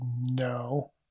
no